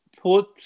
put